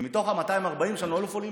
ומתוך ה-240 יש לנו אלוף אולימפי.